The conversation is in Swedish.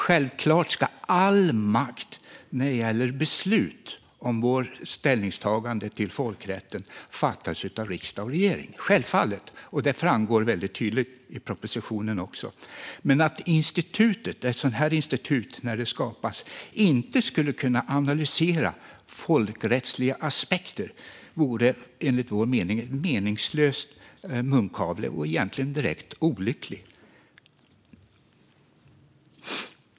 Självklart ska all makt när det gäller beslut om våra ställningstaganden till folkrätten ligga hos riksdag och regering, och det framgår också väldigt tydligt i propositionen. Men att ett sådant här institut, när det skapas, inte skulle kunna analysera folkrättsliga aspekter vore enligt vår mening en meningslös munkavle och egentligen direkt olyckligt.